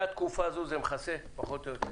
מהתקופה הזאת זה מכסה פחות או יותר.